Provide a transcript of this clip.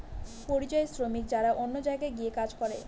পরিযায়ী শ্রমিক যারা অন্য জায়গায় গিয়ে কাজ করে